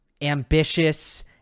ambitious